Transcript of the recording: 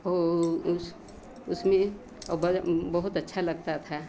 हौ उस उसमें बड़ बहुत अच्छा लगता था